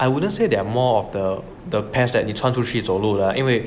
I wouldn't say they are more of the the pairs that 你穿出去走路了因为